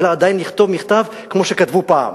אלא עדיין לכתוב מכתב כמו שכתבו פעם.